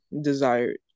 desired